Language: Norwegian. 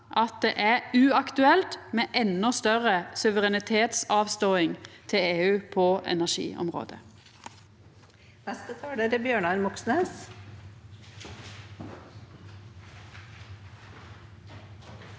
at det er uaktuelt med endå større suverenitetsavståing til EU på energiområdet.